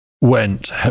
went